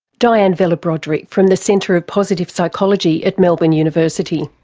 dianne vella-brodrick from the centre of positive psychology at melbourne university.